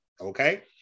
Okay